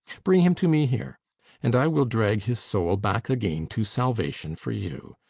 bring him to me here and i will drag his soul back again to salvation for you.